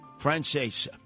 Francesa